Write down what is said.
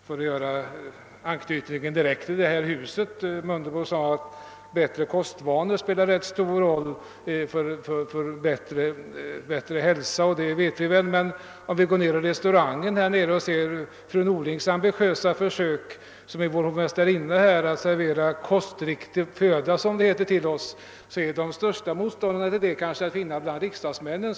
För att anknyta direkt till riksdagshuset: herr Mundebo sade att bättre kostvanor spelar stor roll för bättre hälsa. Om man går ned på restaurangen här nere och ser fru Nordings ambitiösa försök som hovmästarinna att servera kostriktig föda, som det heter, så finner vi de största motståndarna till en sådan förändring just bland riksdagsmännen.